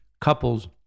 couples